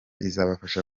izabafasha